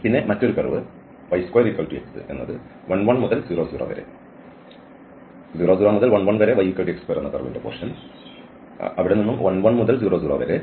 പിന്നെ മറ്റൊരു curve y2x 11 മുതൽ 00 വരെ